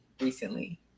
recently